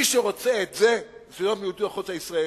מי שרוצה את זה במדיניות החוץ הישראלית,